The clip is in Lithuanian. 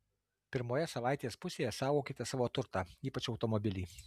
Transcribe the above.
pirmoje savaitės pusėje saugokite savo turtą ypač automobilį